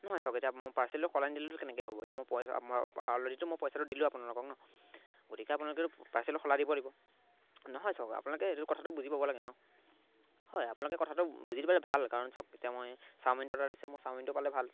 নহয় চওক এতিয়া মই পাৰ্চেলটো সলনি নিদিলেটো কেনেকৈ হ'ব এতিয়া মই পইচা অলৰেডিটো মই পইচাটো দিলোঁ আপোনালোকক ন গতিকে আপোনালোকেটো পাৰ্চেলত সলাই দিব লাগিব নহয় চওক আপোনালোকে এইটো কথাটো বুজি পাব লাগে ন হয় আপোনালোকে কথাটো বুজি পালে ভাল কাৰণ চাওক এতিয়া মই চাওমিনটো এটা দিছোঁ মই চাওমিনটো পালে ভাল